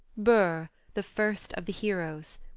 bur, the first of the heroes.